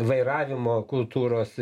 vairavimo kultūros